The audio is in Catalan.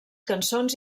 cançons